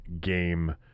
game